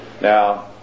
Now